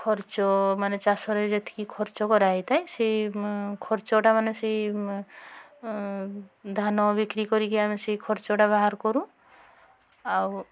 ଖର୍ଚ୍ଚ ମାନେ ଚାଷରେ ଯେତିକି ଖର୍ଚ୍ଚ କରାଯାଇଥାଏ ସେଇ ଖର୍ଚ୍ଚଟା ମାନେ ସେଇ ଧାନ ବିକ୍ରି କରିକି ଆମେ ସେଇ ଖର୍ଚ୍ଚଟା ବାହାର କରୁ ଆଉ